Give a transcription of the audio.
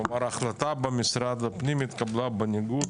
כלומר החלטה במשרד הפנים התקבלה בניגוד